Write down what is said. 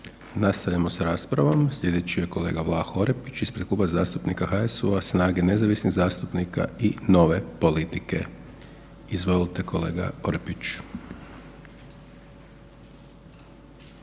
Nastavljamo s raspravom. Sljedeći je kolega Vlaho Orepić ispred Kluba zastupnika HSU-SNAGA-Nezavisnih zastupnika i Nove politike. Izvolite kolega Orepić.